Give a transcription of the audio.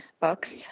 books